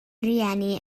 rhieni